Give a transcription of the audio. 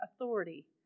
authority